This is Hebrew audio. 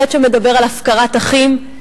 חטא שמדבר על הפקרת אחים,